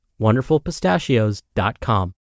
wonderfulpistachios.com